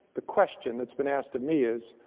the question, that's been asked of me is,